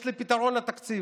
יש לי פתרון לתקציב.